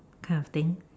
kind of thing